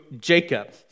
Jacob